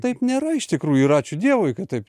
taip nėra iš tikrųjų ir ačiū dievui kad taip